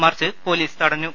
March police തടഞ്ഞു